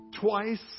twice